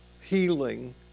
healing